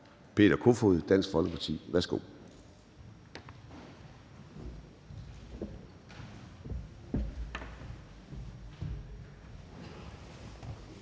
Peter Kofod, Dansk Folkeparti. Værsgo.